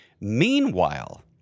Meanwhile